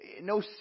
no